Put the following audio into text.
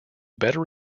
better